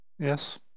yes